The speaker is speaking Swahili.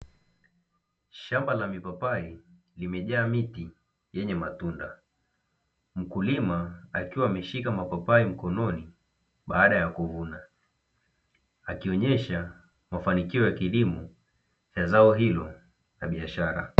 Shamba la mipapai limejaa miti yenye matunda. Mkulima akiwa ameshika matunda ya mipapai mikononi baada ya kuvuna, akionyesha mafanikio ya kilimo cha zao hilo la biashara.